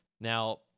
Now